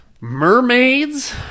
Mermaids